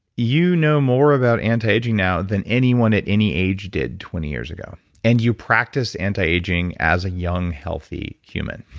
you know more about anti-aging now then anyone at any age did twenty years ago and you practice anti-aging as a young, healthy human